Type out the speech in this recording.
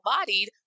bodied